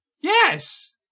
Yes